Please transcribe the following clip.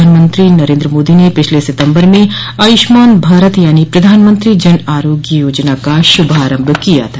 प्रधानमंत्री नरेन्द्र मोदी ने पिछले सितम्बर में आयुष्मान भारत यानी प्रधानमंत्री जन आरोग्य योजना का शुभारंभ किया था